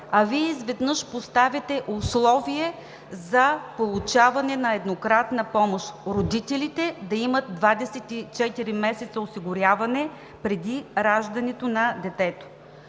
а Вие изведнъж поставяте условие за получаване на еднократна помощ – родителите да имат 24 месеца осигуряване преди раждането на детето.